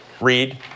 read